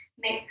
make